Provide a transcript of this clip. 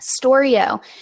Storio